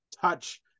touch